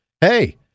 Hey